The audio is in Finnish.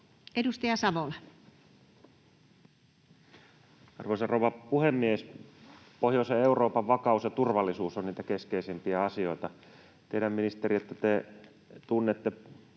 Edustaja Savola. Arvoisa rouva puhemies! Pohjoisen Euroopan vakaus ja turvallisuus on niitä keskeisimpiä asioita. Tiedän, ministeri, että te tunnette hyvin